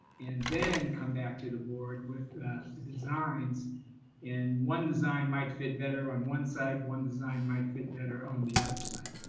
and then come back to the board with the designs in one design might fit better on one side, one design might fit better on the other side,